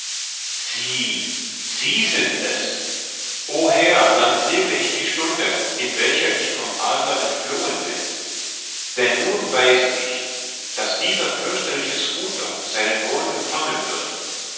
sie sie sind es o herr dann segne ich die stunde in welcher ich vom adler entflohen bin denn nun weiß ich daß dieser fürchterliche schooter seinen lohn empfangen wird